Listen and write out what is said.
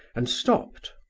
and stopped.